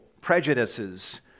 prejudices